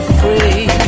free